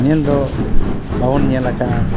ᱧᱮᱞ ᱫᱚ ᱵᱟᱵᱚᱱ ᱧᱮᱞ ᱟᱠᱟᱜᱼᱟ